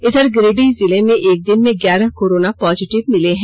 इधर गिरिडीह जिले में एक दिन में ग्यारह कोरोना पॉजिटिव मिले हैं